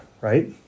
right